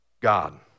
God